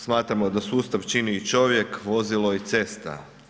Smatramo da sustav čini i čovjek, vozilo i cesta.